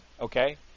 Okay